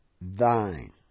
thine